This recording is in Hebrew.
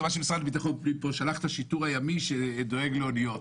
זה מה שהמשרד לביטחון פנים שלח את השיטור הימי שדואג לאוניות